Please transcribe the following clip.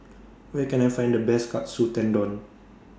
Where Can I Find The Best Katsu Tendon